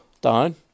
down